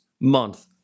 month